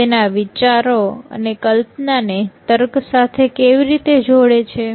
તે તેના વિચારો અને કલ્પના ને તર્ક સાથે કેવી રીતે જોડે છે